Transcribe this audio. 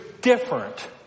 different